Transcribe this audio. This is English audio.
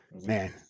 Man